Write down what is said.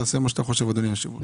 תעש המה שאתה חושב אדוני היושב ראש.